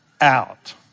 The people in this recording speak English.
out